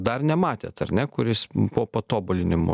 dar nematėt ar ne kuris po patobulinimų